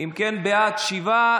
כך, אנחנו נעבור להצבעה.